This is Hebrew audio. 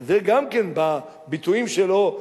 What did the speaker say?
זה גם כן בביטויים שלו,